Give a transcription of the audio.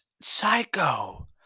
psycho